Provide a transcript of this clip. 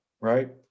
right